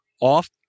Off